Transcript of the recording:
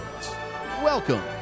welcome